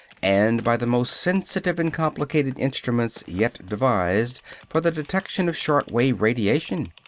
and by the most sensitive and complicated instruments yet devised for the detection of short-wave radiation.